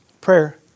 prayer